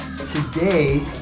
today